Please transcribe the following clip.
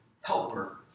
helper